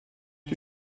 die